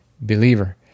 believer